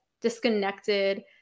disconnected